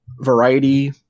variety